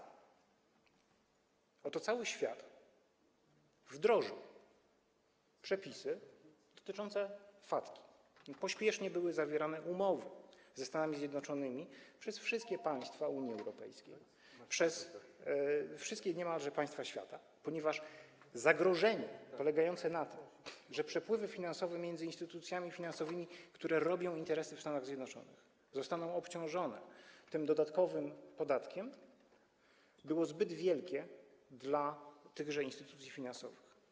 Oto cały świat wdrożył przepisy dotyczące FACTA, pospiesznie były zawierane umowy ze Stanami Zjednoczonymi przez wszystkie państwa Unii Europejskiej, przez wszystkie niemalże państwa świata, ponieważ zagrożenie polegające na tym, że przepływy finansowe między instytucjami finansowymi, które robią interesy w Stanach Zjednoczonych, zostaną obciążone tym dodatkowym podatkiem, było zbyt wielkie dla tychże instytucji finansowych.